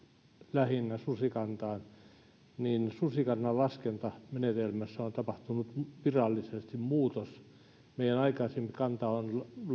lähinnä susikantaan susikannan laskentamenetelmässä on tapahtunut virallisesti muutos meillä aikaisemmin kannan on